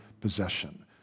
possession